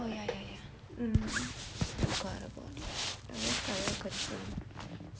I very tired kai zhen